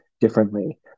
differently